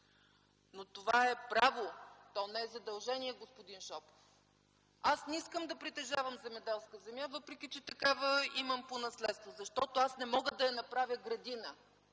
Но това е право, то не е задължение, господин Шопов. Аз не искам да притежавам земеделска земя, въпреки че имам такава по наследство, защото не мога да я направя градина.